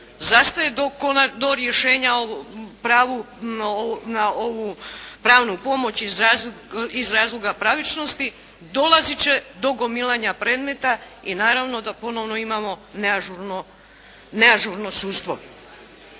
zastaje do rješenja pravo na ovu pravnu pomoć iz razloga pravičnosti, dolaziti će do gomilanja predmeta i naravno da ponovno imamo neažurno sudstvo.